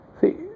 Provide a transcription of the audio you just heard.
See